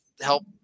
help